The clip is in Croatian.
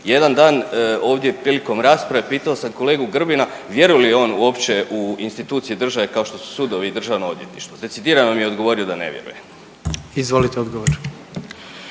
Jedan dan ovdje prilikom rasprave pitao sam kolegu Grbina vjeruje li on uopće u institucije države kao što su sudovi i državno odvjetništvo, decidirano mi je odgovorio da ne vjeruje. **Jandroković,